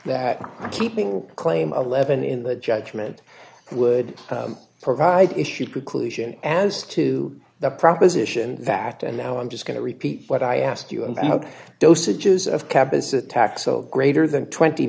that keeping a claim of eleven in the judgment would provide issue preclusion as to the proposition that and now i'm just going to repeat what i asked you about dosages of campus attacks so greater than twenty